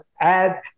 add